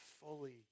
fully